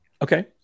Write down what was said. Okay